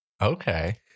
Okay